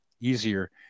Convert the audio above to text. easier